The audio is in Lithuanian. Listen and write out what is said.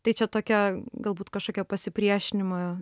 tai čia tokia galbūt kažkokia pasipriešinimo